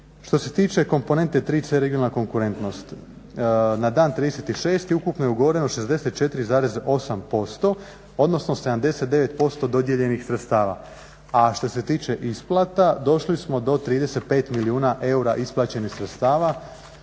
Što se tiče komponente 3C Regionalna konkurentnost, na dan 30.6. ukupno je ugovoreno 64,8% odnosno 79% dodijeljenih sredstava, a što se tiče isplata došli smo do 35 milijuna eura isplaćenih sredstava,